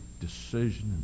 decision